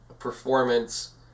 Performance